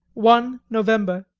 one november,